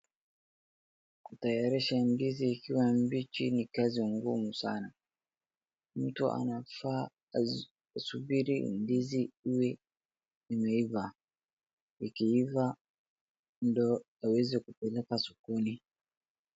Kutayarisha ndizi ikiwa mbichi ni kazi ngumu sana. Mtu anafaa azisubiri ndizi iwe imeiva, ikiiva ndo aweze kupeleka sokoni.